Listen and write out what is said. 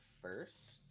first